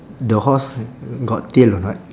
the horse got tail or not